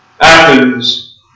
Athens